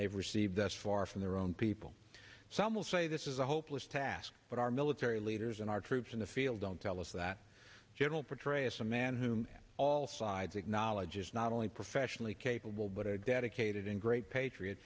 nave received thus far from their own people some will say this is a hopeless task but our military leaders and our troops in the field don't tell us that general petraeus a man whom all sides acknowledge is not only professionally capable but a dedicated and great patriot